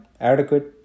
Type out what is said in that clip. adequate